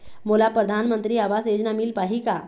मोला परधानमंतरी आवास योजना मिल पाही का?